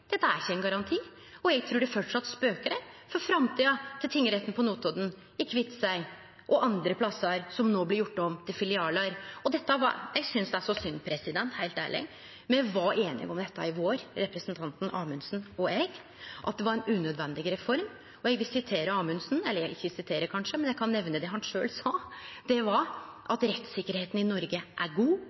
Dette er ikkje ein garanti. Eg trur det framleis spøkjer for framtida til tingrettane på Notodden, i Kviteseid og andre plassar som no blir gjorde om til filialar. Eg synest det er synd, heilt ærleg. Me var einige om dette i vår, representanten Amundsen og eg, at det var ein unødvendig reform. Eg vil sitere Amundsen – eller ikkje sitere, kanskje, men eg kan nemne det han sjølv sa, og det var at rettssikkerheita i Noreg var god,